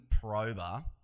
Prober